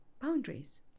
boundaries